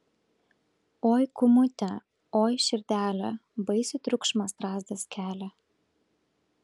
oi kūmute oi širdele baisų triukšmą strazdas kelia